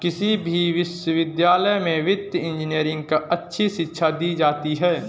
किसी भी विश्वविद्यालय में वित्तीय इन्जीनियरिंग की अच्छी शिक्षा दी जाती है